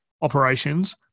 operations